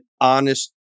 honest